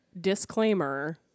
Disclaimer